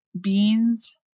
beans